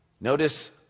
notice